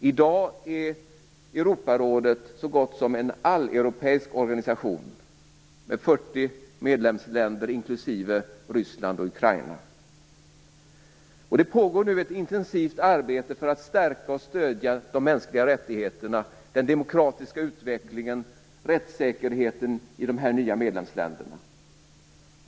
I dag är Europarådet en så gott som alleuropeisk organisation med 40 medlemsländer inklusive Ryssland och Ukraina. Det pågår nu ett intensivt arbete för att stärka och stödja de mänskliga rättigheterna, den demokratiska utvecklingen och rättssäkerheten i de här nya medlemsländerna.